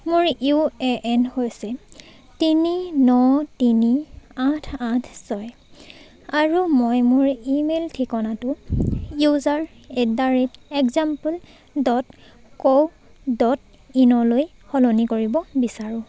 মোৰ U A N হৈছে তিনি ন তিনি আঠ আঠ ছয় আৰু মই মোৰ ইমেইল ঠিকনাটো user at the rate example dot co dot ইনলৈ সলনি কৰিব বিচাৰোঁ